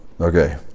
okay